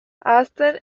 ahazten